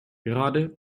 gerade